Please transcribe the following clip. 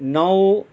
नौ